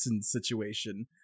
situation